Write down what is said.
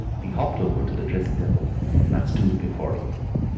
he hopped over to the dressing-table and stood before it,